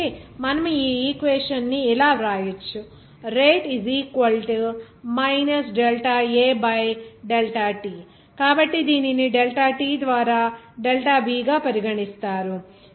కాబట్టి మనము ఈ ఈక్వేషన్ ని ఇలా వ్రాయవచ్చు కాబట్టి దీనిని డెల్టా t ద్వారా డెల్టాB గా పరిగణిస్తారు